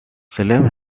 salem